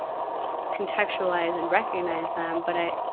contextualize and recognize them. but i,